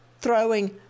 throwing